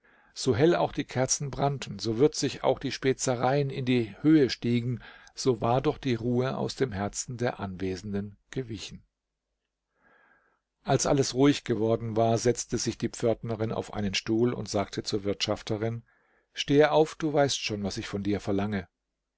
so hell auch die kerzen brannten so würzig auch die spezereien in die höhe stiegen so war doch die ruhe aus dem herzen der anwesenden gewichen als alles ruhig geworden war setzte sich die pförtnerin auf einen stuhl und sagte zur wirtschafterin stehe auf du weißt schon was ich von dir verlange